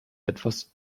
etwas